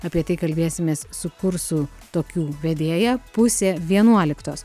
apie tai kalbėsimės su kursų tokių vedėja pusė vienuoliktos